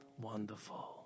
Wonderful